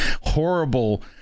horrible